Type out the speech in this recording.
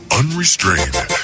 unrestrained